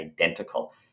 identical